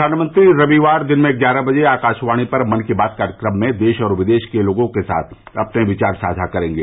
प्रधानमंत्री रविवार दिन में ग्यारह बजे आकाशवाणी पर मन की बात कार्यक्रम में देश और विदेश के लोगों के साथ अपने विचार साझा करेंगे